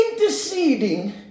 interceding